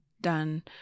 done